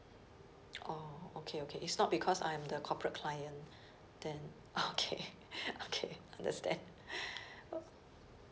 orh okay okay it's not because I am the corporate client then okay okay understand